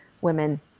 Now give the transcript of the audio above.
women